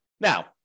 Now